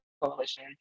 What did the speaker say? Coalition